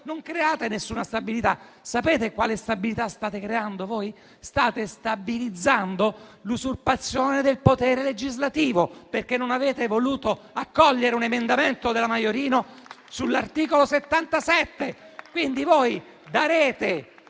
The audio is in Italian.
non create nessuna stabilità. Sapete quale stabilità state creando? Voi state stabilizzando l'usurpazione del potere legislativo, perché non avete voluto accogliere un emendamento della senatrice Maiorino sull'articolo 77. Quindi, voi darete